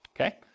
okay